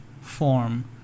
form